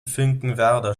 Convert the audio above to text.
finkenwerder